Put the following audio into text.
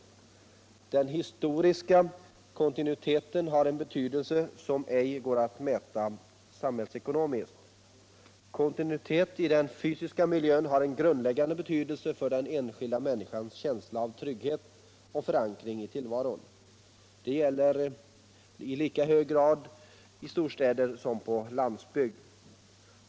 Den historiska kontinuiteten har en betydelse som ej går att mäta samhällsekonomiskt. Kontinuitet i den Kulturpolitiken Kulturpolitiken fysiska miljön har en grundläggande betydelse för den enskilda människans känsla av trygghet och förankring i tillvaron. Detta gäller i lika hög grad i storstäder som på landsbygd.